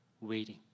waiting